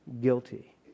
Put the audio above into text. guilty